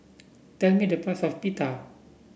tell me the price of Pita